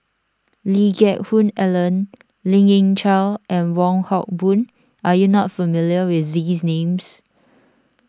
Lee Geck Hoon Ellen Lien Ying Chow and Wong Hock Boon are you not familiar with these names